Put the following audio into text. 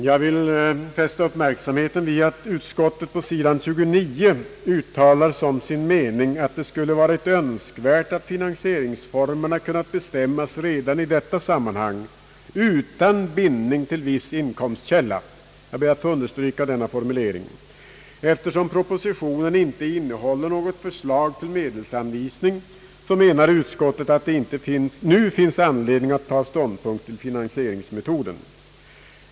Jag vill fästa uppmärksamheten på att statsutskottet på sidan 29 i sitt utlåtande uttalar såsom sin mening att det skulle »ha varit önskvärt om finansieringsformerna kunnat bestämmas redan i detta sammanhang utan bindning till viss inkomstkälla». Jag ber att få understryka denna formulering. Eftersom propositionen inte innehåller något förslag till medelsanvisning, menar utskottet att det inte nu finns anledning att ta ståndpunkt till finansieringsmetoden.